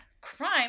crime